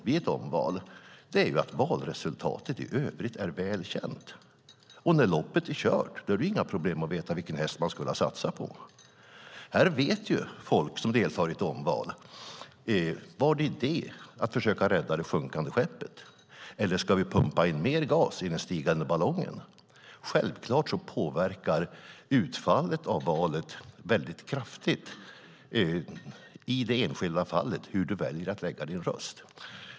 Vid ett omval är valresultatet i övrigt väl känt. Och när loppet är kört är det inga problem att veta vilken häst man skulle ha satsat på. Folk som deltar i ett omval vet om det är idé att försöka rädda det sjunkande skeppet eller om man ska pumpa in mer gas i den stigande ballongen. Självklart påverkar utfallet av valet kraftigt i det enskilda fallet hur man väljer att lägga sin röst.